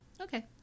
Okay